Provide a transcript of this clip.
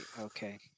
okay